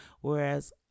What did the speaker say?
whereas